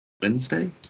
Wednesday